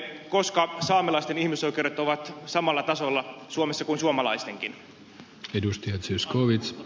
koska saamelaisten ihmisoikeudet ovat samalla tasolla suomessa kuin suomalaistenkin